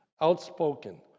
outspoken